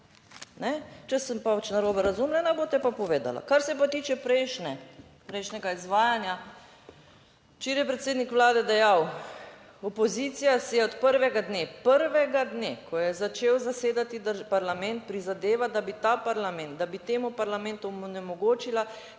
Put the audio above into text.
Če sem pač narobe razumljena boste pa povedali. Kar se pa tiče prejšnjega izvajanja, včeraj je predsednik Vlade dejal, opozicija si je od prvega dne, prvega dne, ko je začel zasedati parlament, prizadeva, da bi ta parlament, da bi temu parlamentu onemogočila,